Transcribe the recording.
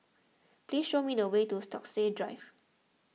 please show me the way to Stokesay Drive